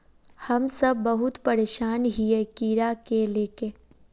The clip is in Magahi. हम सब बहुत परेशान हिये कीड़ा के ले के?